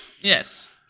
Yes